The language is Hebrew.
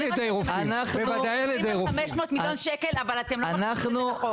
אם זה 500 מיליון שקל אבל אתם לא מכניסים את זה לחוק,